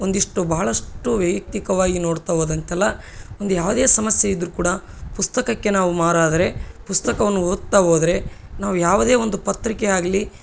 ಒಂದಿಷ್ಟು ಭಾಳಷ್ಟು ವೈಯಕ್ತಿಕವಾಗಿ ನೋಡ್ತಾ ಹೋದಂತೆಲ್ಲ ಒಂದು ಯಾವುದೇ ಸಮಸ್ಯೆ ಇದ್ರು ಕೂಡ ಪುಸ್ತಕಕ್ಕೆ ನಾವು ಮಾರಾದರೆ ಪುಸ್ತಕವನ್ನು ಓದ್ತಾ ಹೋದ್ರೆ ನಾವು ಯಾವುದೇ ಒಂದು ಪತ್ರಿಕೆ ಆಗಲಿ